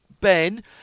Ben